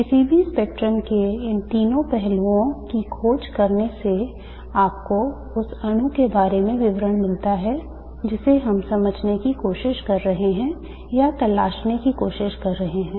किसी भी स्पेक्ट्रम के इन तीन पहलुओं की खोज करने से आपको उस अणु के बारे में विवरण मिलता है जिसे हम समझने की कोशिश कर रहे हैं या तलाशने की कोशिश कर रहे हैं